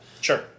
Sure